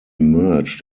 merged